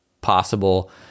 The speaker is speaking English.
possible